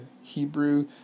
Hebrew